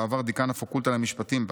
בעבר דיקן הפקולטה למשפטים בה,